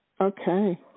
Okay